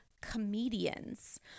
comedians